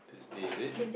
Thursday is it